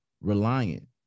Reliant